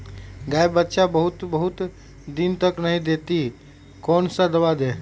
गाय बच्चा बहुत बहुत दिन तक नहीं देती कौन सा दवा दे?